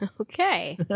Okay